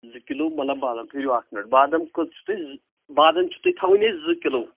زٕ کِلوٗ مطلب ٹھٕہرِو اَکھ مِنٹ بادام کٔژ چھُو تۄہہِ زٕ بادام چھُو تۄہہِ تھاوٕنۍ اَسہِ زٕ کِلوٗ